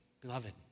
Beloved